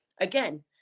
Again